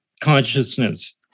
consciousness